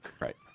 Right